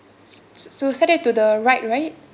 s~ s~ so set it to the right right